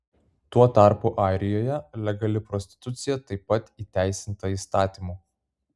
tuo tarpu airijoje legali prostitucija taip pat įteisinta įstatymu